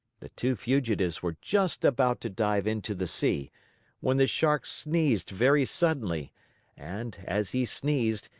the two fugitives were just about to dive into the sea when the shark sneezed very suddenly and, as he sneezed,